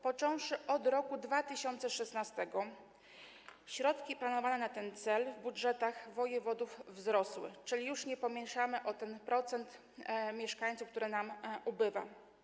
Począwszy od roku 2016, środki planowane na ten cel w budżetach wojewodów wzrosły, czyli już nie pomniejszamy tego o ten procent mieszkańców, który nam ubywa.